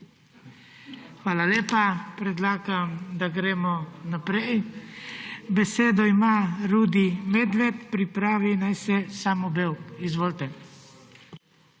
Hvala lepa. Predlagam, da gremo naprej. Besedo ima Rudi Medved, pripravi naj se Samo Bevk. Izvolite.